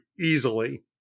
easily